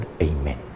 Amen